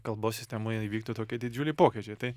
kalbos sistemoje įvyktų tokie didžiuliai pokyčiai tai